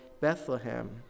Bethlehem